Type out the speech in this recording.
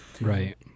Right